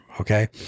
okay